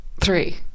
Three